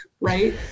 right